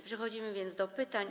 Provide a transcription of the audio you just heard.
Przechodzimy więc do pytań.